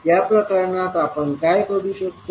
या प्रकरणात आपण काय करू शकतो